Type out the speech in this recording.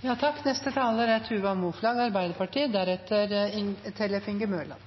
Tilgang til akuttsykehus og fullverdig fødetilbud er